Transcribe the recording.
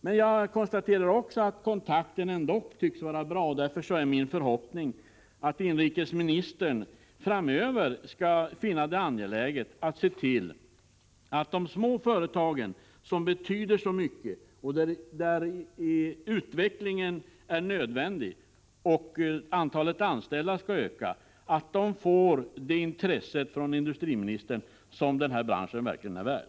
Men jag konstaterar också att kontakten ändå tycks vara bra, och därför är min förhoppning att industriministern framöver skall finna det angeläget att se till att de små företagen, som betyder så mycket, som måste utvecklas och som skall öka antalet anställda, får det intresse från industriministern som den här branschen verkligen är värd.